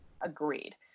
agreed